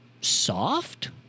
soft